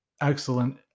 Excellent